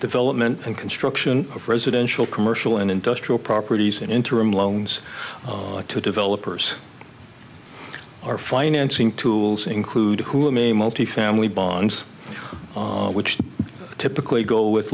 development and construction of residential commercial and industrial properties and interim loans to developers are financing tools include who may multi family bonds which typically go with